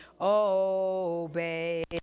obey